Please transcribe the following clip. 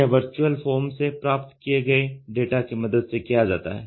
यह virtual form से प्राप्त किए गए डेटा की मदद से किया जाता है